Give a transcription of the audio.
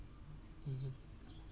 mm